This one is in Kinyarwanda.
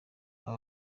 aba